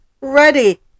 ready